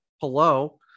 hello